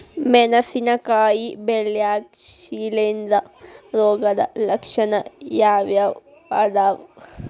ಮೆಣಸಿನಕಾಯಿ ಬೆಳ್ಯಾಗ್ ಶಿಲೇಂಧ್ರ ರೋಗದ ಲಕ್ಷಣ ಯಾವ್ಯಾವ್ ಅದಾವ್?